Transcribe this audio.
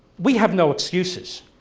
we have no excuses.